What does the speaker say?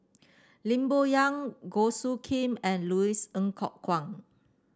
Lim Bo Yam Goh Soo Khim and Louis Ng Kok Kwang